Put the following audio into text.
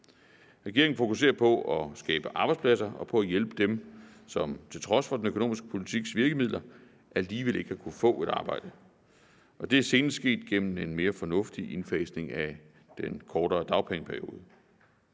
Regeringen fokuserer på at skabe arbejdspladser og på at hjælpe dem, som på trods af den økonomiske politiks virkemidler alligevel ikke har kunnet få et arbejde. Det er senest sket gennem en mere fornuftig indfasning af den kortere dagpengeperiode.